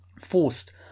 Forced